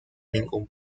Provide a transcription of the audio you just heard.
ningún